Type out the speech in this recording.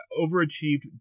overachieved